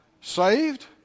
saved